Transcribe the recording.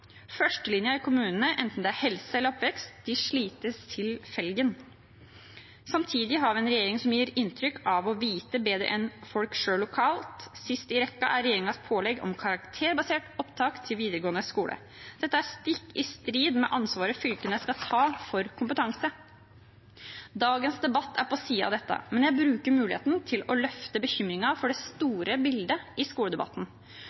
i kommunene, enten det er helse eller oppvekst, slites til felgen. Samtidig har vi en regjering som gir inntrykk av å vite bedre enn folk selv lokalt. Sist i rekken er regjeringens pålegg om karakterbasert opptak til videregående skole. Dette er stikk i strid med ansvaret fylkene skal ta for kompetanse. Dagens debatt er på siden av dette, men jeg bruker muligheten til å løfte bekymringen for det store bildet i skoledebatten.